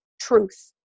truth